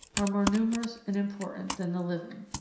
are more numerous and important than the living.